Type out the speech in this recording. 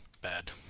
Bad